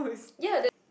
ya the